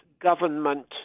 government